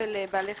סבל לבעלי חיים,